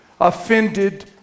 offended